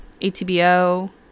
atbo